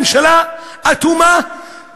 ממשלה אטומה,